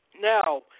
Now